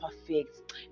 perfect